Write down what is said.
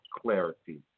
clarity